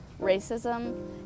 Racism